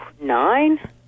Nine